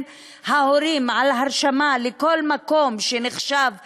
ההורים על הרשמה לכל מקום שנחשב למעון-יום,